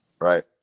right